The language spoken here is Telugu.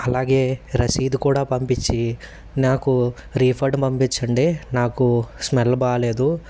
అలాగే రసీదు కూడా పంపించి నాకు రీఫండ్ పంపించండి నాకు స్మెల్ బాగాలేదు